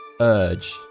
urge